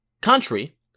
country